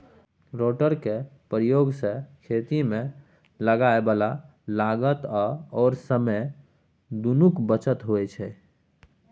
रोटेटरक प्रयोग सँ खेतीमे लागय बला लागत आओर समय दुनूक बचत होइत छै